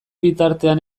bitartean